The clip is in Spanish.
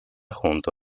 junto